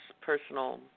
personal